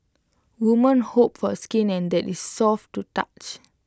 women hope for skin that is soft to touch